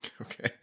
Okay